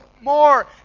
more